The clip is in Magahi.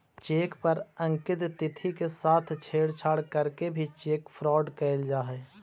चेक पर अंकित तिथि के साथ छेड़छाड़ करके भी चेक फ्रॉड कैल जा हइ